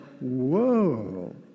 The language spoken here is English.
whoa